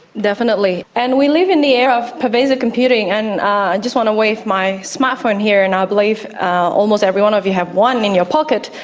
definitely, and we live in the era of pervasive computing, and i just want to wave my smart phone here and i believe almost every one of you have one in your pocket,